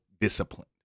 disciplined